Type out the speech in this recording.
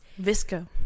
Visco